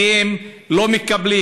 כי הם לא מקבלים